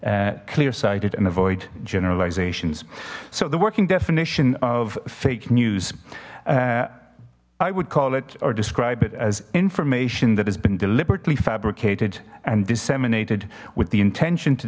clear cited and avoid generalizations so the working definition of fake news i would call it or describe it as information that has been deliberately fabricated and disseminated with the intention to